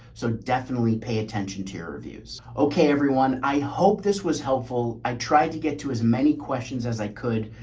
so definitely pay attention to your reviews. okay, everyone, i hope this was helpful. i tried to get to as many questions as i could.